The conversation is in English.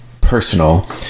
personal